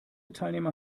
teilnehmer